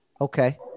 Okay